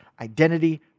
Identity